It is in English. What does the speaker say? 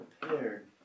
prepared